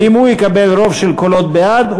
ואם הוא יקבל רוב של קולות בעד,